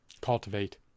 cultivate